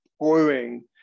pouring